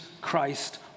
Christ